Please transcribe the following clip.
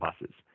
buses